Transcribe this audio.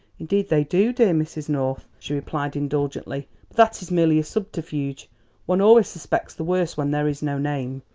indeed they do, dear mrs. north, she replied indulgently but that is merely a subterfuge one always suspects the worst when there is no name.